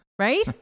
Right